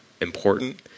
important